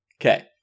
Okay